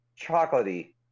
chocolatey